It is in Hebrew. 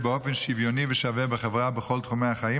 באופן שוויוני ושווה בחברה בכל תחומי החיים,